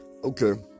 Okay